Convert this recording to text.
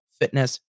fitness